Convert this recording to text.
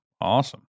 awesome